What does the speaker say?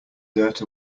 dirt